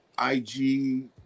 IG